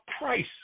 price